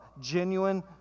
genuine